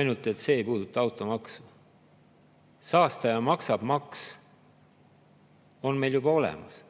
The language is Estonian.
ainult et see ei puuduta automaksu. Saastaja-maksab-maks on meil juba olemas.